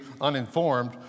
uninformed